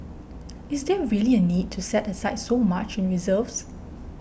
is there really a need to set aside so much in reserves